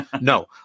No